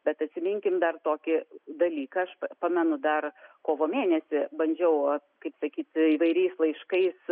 bet atsiminkim dar tokį dalyką aš pamenu dar kovo mėnesį bandžiau kaip sakyt įvairiais laiškais